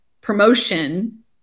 promotion